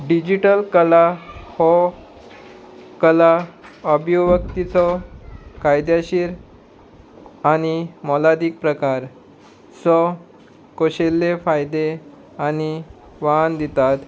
digital कला हो कला अभिवक्तीचो कायद्याशीर आनी मोलादीक प्रकार चो खाशेले फायदे आनी वाहन दितात